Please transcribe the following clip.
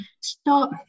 stop